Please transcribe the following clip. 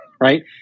right